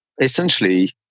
Essentially